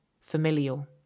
familial